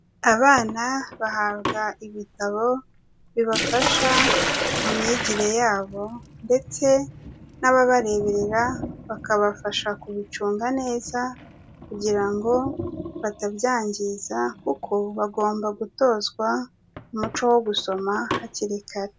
Abana bahabwa ibitabo bibafasha mu myigire yabo ndetse n'ababareberera bakabafasha kubicunga neza kugira ngo batabyangiza kuko bagomba gutozwa umuco wo gusoma hakiri kare.